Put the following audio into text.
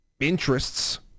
interests